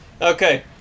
Okay